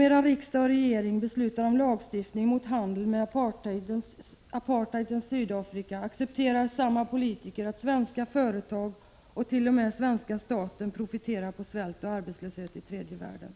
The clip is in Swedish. Medan riksdag och regering beslutar om lagstiftning mot handel med apartheidens Sydafrika — accepterar samma politiker att svenska företag och t.o.m. svenska staten profiterar på svält och arbetslöshet i tredje världen.